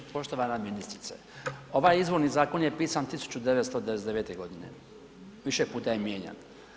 Poštovana ministrice, ovaj izvorni zakon je pisan 1999.g., više puta je mijenjan.